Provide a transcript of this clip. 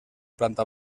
planta